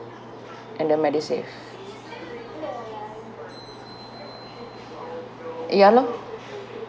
and the MediSave ya lor